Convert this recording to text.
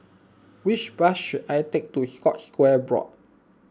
which bus should I take to Scotts Square Block